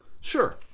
Sure